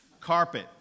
Carpet